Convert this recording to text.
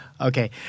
Okay